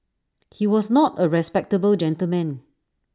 he was not A respectable gentleman